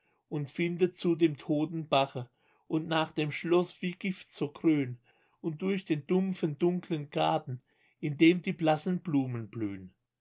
und findet zu dem toten bache und nach dem schloß wie gift so grün und durch den dumpfen dunklen garten in dem die blassen blumen blüh'n